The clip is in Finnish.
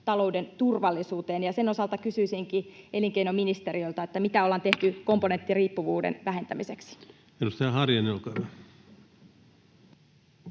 talouden turvallisuuteen, ja sen osalta kysyisinkin elinkeinoministeriltä: mitä ollaan tehty komponenttiriippuvuuden vähentämiseksi? Edustaja Harjanne, olkaa hyvä.